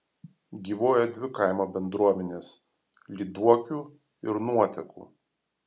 gyvuoja dvi kaimo bendruomenės lyduokių ir nuotekų